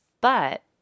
But